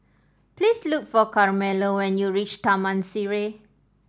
please look for Carmelo when you reach Taman Sireh